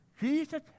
Jesus